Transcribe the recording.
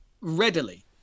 readily